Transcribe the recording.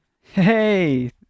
Hey